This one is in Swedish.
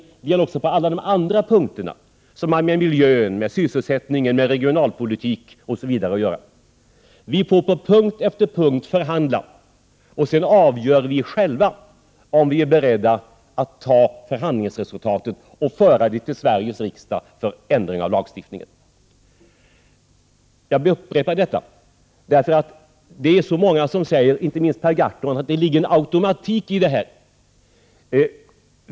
Det gäller också på alla de andra punkter som har med miljö, sysselsättning, regionalpolitik osv. att göra. Vi får på punkt efter punkt förhandla. Sedan avgör vi själva om vi är beredda att ta förhandlingsresultatet och föra det till Sveriges riksdag för ändring av lagstiftningen. Jag vill upprepa detta, därför att det är så många som säger att det ligger en automatik i detta — inte minst Per Gahrton.